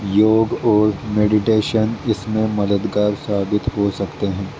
یوگ اور میڈیٹیشن اس میں مددگار ثابت ہو سکتے ہیں